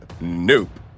nope